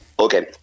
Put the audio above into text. Okay